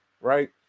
right